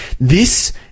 This